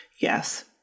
Yes